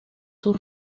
sus